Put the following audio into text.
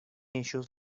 ellos